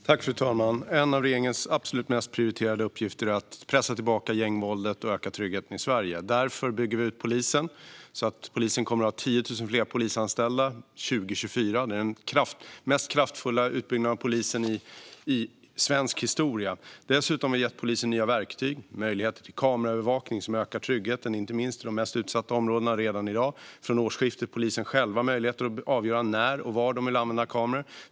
Fru talman! En av regeringens absolut mest prioriterade uppgifter är att pressa tillbaka gängvåldet och öka tryggheten i Sverige. Därför bygger vi ut polisen så att det kommer att finnas 10 000 fler polisanställda 2024. Det är den mest kraftfulla utbyggnaden av polisen i svensk historia. Dessutom har vi gett polisen nya verktyg, till exempel möjlighet till kameraövervakning, vilket ökar tryggheten inte minst i de mest utsatta områdena redan i dag. Från årsskiftet får polisen också möjligheten att själva avgöra när och var de vill använda kameror.